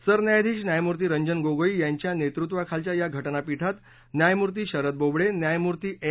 सरन्यायाधीश न्यायमूर्ती रंजन गोगोई यांच्या नेतृत्वाखालच्या या घटनापीठात न्यायमूर्ती शरद बोबडे न्यायमूर्ती एन